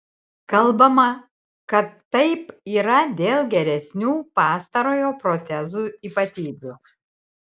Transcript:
kalbama kad taip yra dėl geresnių pastarojo protezų ypatybių